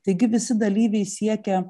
taigi visi dalyviai siekia